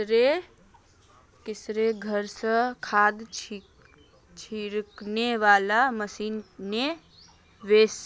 किशनेर घर स खाद छिड़कने वाला मशीन ने वोस